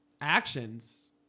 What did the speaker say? actions